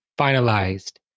finalized